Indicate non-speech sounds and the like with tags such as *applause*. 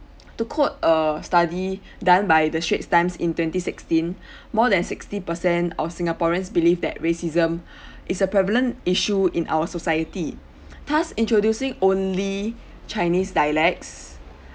*noise* to quote a study *breath* done by the straits times in twenty sixteen *breath* more than sixty percent of singaporeans believe that racism *breath* is a prevalent issue in our society *noise* thus introducing only chinese dialects